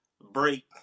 break